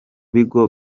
bigo